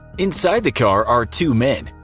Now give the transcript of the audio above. inside the car are two men,